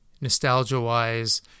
nostalgia-wise